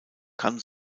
kann